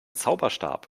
zauberstab